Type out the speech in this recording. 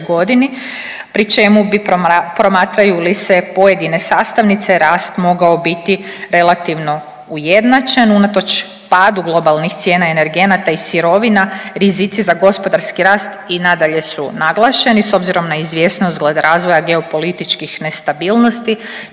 pri čemu bi promatraju li se pojedine sastavnice rast mogao biti relativno ujednačen. Unatoč padu globalnih cijena energenata i sirovina rizici za gospodarski rast i nadalje su naglašeni s obzirom na izvjesnost glede razvoja geopolitičkih nestabilnosti